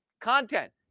content